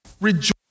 Rejoice